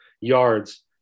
yards